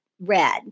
red